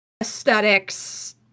aesthetics